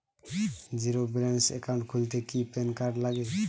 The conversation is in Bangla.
জীরো ব্যালেন্স একাউন্ট খুলতে কি প্যান কার্ড লাগে?